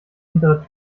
hintere